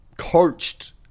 Coached